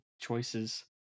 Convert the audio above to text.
choices